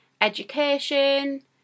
education